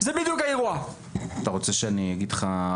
זה בדיוק האירוע אתה רוצה שאני אגיד לך?